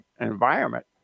environment